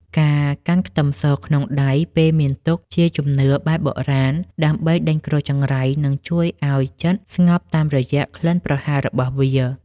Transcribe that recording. ការកាន់ខ្ទឹមសក្នុងដៃពេលមានទុក្ខជាជំនឿបែបបុរាណដើម្បីដេញគ្រោះចង្រៃ និង ជួយឱ្យចិត្តស្ងប់តាមរយៈក្លិនប្រហើររបស់វា។